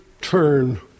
turn